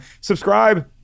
Subscribe